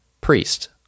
priest